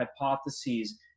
hypotheses